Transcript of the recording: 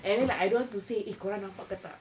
and then like I don't want to say eh kau orang nampak ke tak